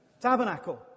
tabernacle